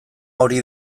hori